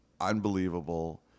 unbelievable